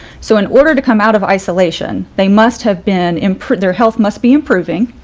so in order to come out of isolation, they must have been in their health must be improving.